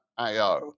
AO